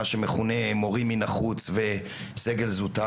מאז קום המדינה.